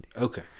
Okay